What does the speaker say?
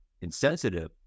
insensitive